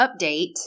update